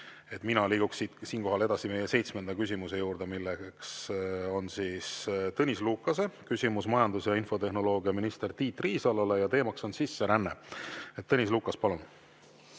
Mina liiguks siinkohal edasi seitsmenda küsimuse juurde, milleks on Tõnis Lukase küsimus majandus- ja infotehnoloogiaminister Tiit Riisalole ja teema on sisseränne. Tõnis Lukas, palun!